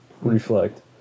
reflect